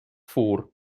vor